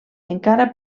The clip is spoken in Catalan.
encara